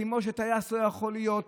כמו שטייס לא יכול להיות